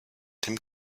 dem